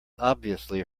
obviously